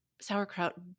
sauerkraut